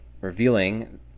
revealing